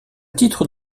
titre